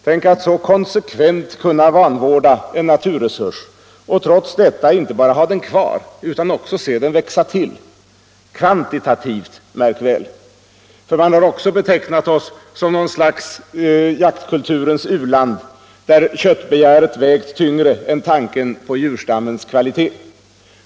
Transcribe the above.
Tänk, att så konsekvent kunna vanvårda en naturresurs, och trots detta inte bara ha den kvar, utan också se den växa till — kvantitativt, märk väl! För man har också betecknat Sverige som något slags jaktkulturens u-land, där köttbegäret vägt tyngre än tanken på djurstammens kvalitet.